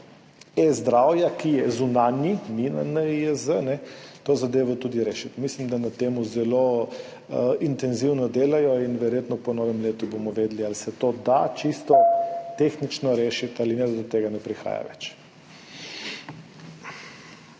eZdravja, ki je zunanji, ni na NIJZ, to zadevo rešiti. Mislim, da na tem zelo intenzivno delajo, in verjetno bomo po novem letu vedeli, ali se to da čisto tehnično rešiti ali ne, da do tega ne prihaja več.